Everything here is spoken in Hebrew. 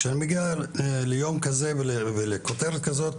כשאני מגיע ליום כזה ולכותרת כזאת,